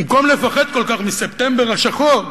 במקום לפחד כל כך מספטמבר השחור,